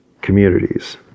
communities